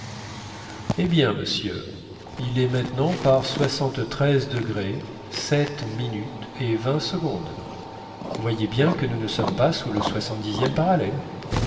eh bien monsieur il est maintenant par soixante-treize degrés sept minutes et vingt secondes vous voyez bien que nous ne sommes pas sous le soixante dixième parallèle